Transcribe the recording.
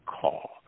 call